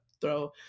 throw